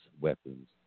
weapons